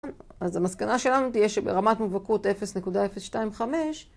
אז המסקנה שלנו תהיה שברמת מובהקות 0.025